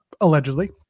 allegedly